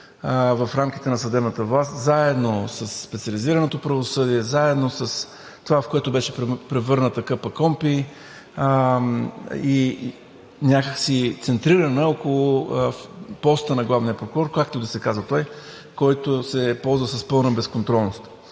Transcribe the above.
в рамките на съдебната власт заедно със специализираното правосъдие, заедно с това, в което беше превърната КПКОНПИ някак си центрирана около поста на главния прокурор, както и да се казва той, който се ползва с пълна безконтролност.